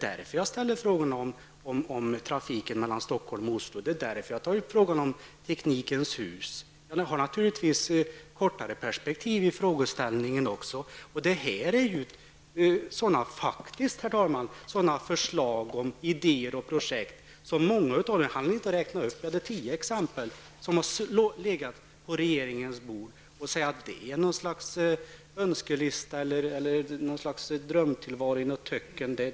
Därför frågade jag om trafiken mellan Stockholm och Oslo. Därför nämnde jag teknikens hus. Men jag hade naturligtvis även kortare perspektiv i mina frågor. Det gäller här sådana förslag, idéer och projekt -- jag hade tio exempel men hann inte räkna upp alla -- som har legat på regeringens bord. Man kan inte säga att det är en önskelista eller någon dröm i ett töcken.